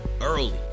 early